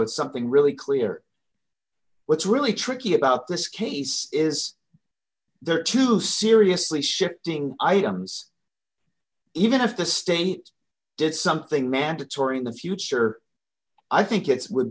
it's something really clear what's really tricky about this case is there are two seriously shifting items even if the state did something mandatory in the future i think it would